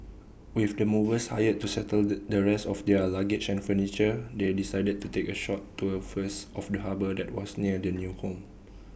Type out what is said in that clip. with the movers hired to settle the rest of their luggage and furniture they decided to take A short tour first of the harbour that was near their new home